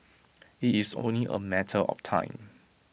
IT is only A matter of time